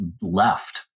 left